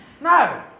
No